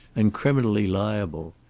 and criminally liable.